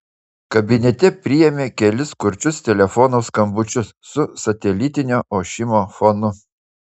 kabinete priėmė kelis kurčius telefono skambučius su satelitinio ošimo fonu